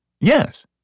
Yes